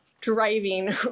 driving